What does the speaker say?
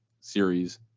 series